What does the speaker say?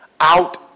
Out